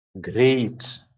Great